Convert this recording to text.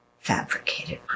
fabricated